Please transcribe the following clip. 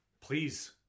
please